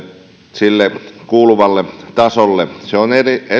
sille kuuluvalle tasolle se on